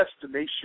destination